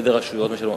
איזה רשויות משלמות?